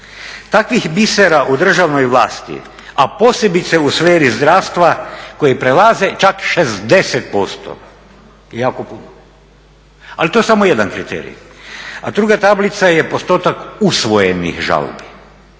Takvih bisera u državnoj vlasti, a posebice u sferi zdravstva koji prelaze čak 60% je jako puno, ali to je samo jedan kriterij. A druga tablica je postotak usvojenih žalbi.